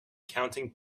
counting